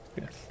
Yes